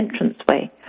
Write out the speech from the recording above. entranceway